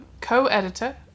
co-editor